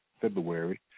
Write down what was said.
February